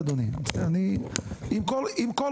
יש לי כמה